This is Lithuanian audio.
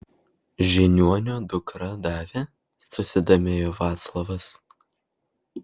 žiniuonio dukra davė susidomėjo vaclovas